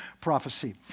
prophecy